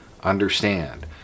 Understand